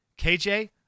KJ